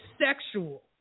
sexual